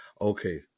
Okay